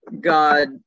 God